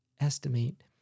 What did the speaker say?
estimate